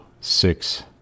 six